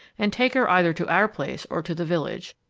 and take her either to our place or to the village.